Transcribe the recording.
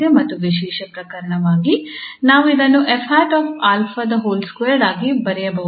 ಮತ್ತು ವಿಶೇಷ ಪ್ರಕರಣವಾಗಿ ನಾವು ಇದನ್ನು |𝑓̂𝛼|2 ಆಗಿ ಬರೆಯಬಹುದು